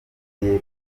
ngo